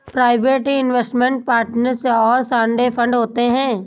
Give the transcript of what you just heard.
private investment partnership और साझे fund होते हैं